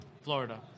Florida